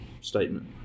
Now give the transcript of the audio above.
statement